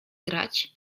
grać